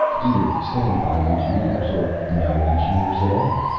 either stand-by engineers or no engineers at all.